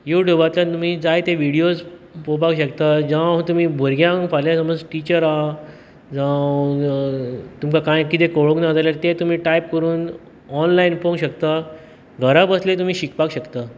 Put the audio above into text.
युट्यूबांतल्यान तुमी जाय ते व्हिडियोज पोवपाक शकता जावं तुमी भुरग्यांक फाल्यां समज टिचर आहा जावं अ तुमकां कांय कितें कळुंक ना जाल्यार ते तुमी टायप करुन ऑन्लायन पोवंक शकता घरा बसल्यार तुमी शिकपाक शकता